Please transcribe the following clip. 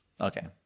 okay